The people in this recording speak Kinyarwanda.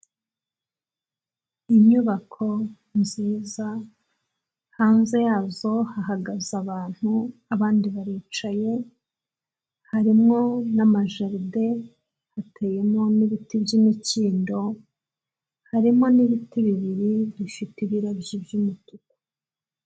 Inyubako nziza hanze yazo hahagaze abantu abandi baricaye, harimo n'amajiride hateyemo n'ibiti by'imikindo, harimo n'ibiti bibiri bifite ibirabyo by'umutuku.